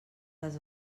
les